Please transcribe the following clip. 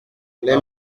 les